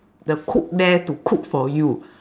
the cook there to cook for you